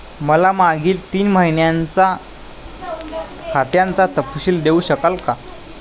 मला मागील तीन महिन्यांचा खात्याचा तपशील देऊ शकाल का?